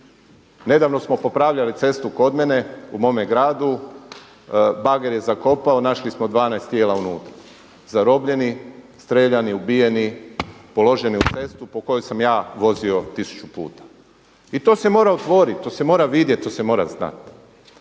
Nedavno smo popravljali cestu kod mene u mome gradu, bager je zakopao, našli smo 12 tijela unutra. Zarobljeni, strijeljani, ubijeni položeni u cestu po kojoj sam vozio tisuću puta. I to se mora otvoriti, to se mora vidjeti, to se mora znati.